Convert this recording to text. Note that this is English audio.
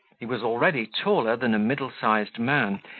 he was already taller than a middle-sized man,